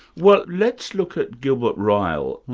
well let's look at gilbert ryle.